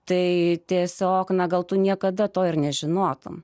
tai tiesiog na gal tu niekada to ir nežinotumei